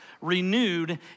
renewed